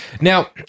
Now